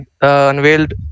unveiled